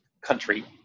country